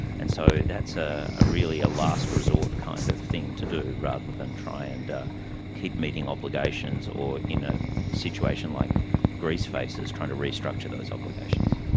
and so that's ah ah really a last resort kind of thing to do rather than try and keep meeting obligations or in a situation like greece faces, trying to restructure those obligations.